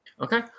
Okay